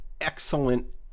excellent